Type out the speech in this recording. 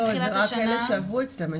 לא, זה רק אלה שעברו אצלם.